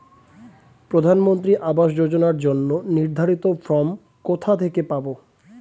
প্রধানমন্ত্রী আবাস যোজনার জন্য নির্ধারিত ফরম কোথা থেকে পাব?